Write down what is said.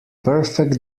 perfect